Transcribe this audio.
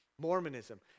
Mormonism